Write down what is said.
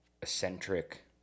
eccentric